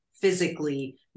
physically